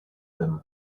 them